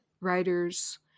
writers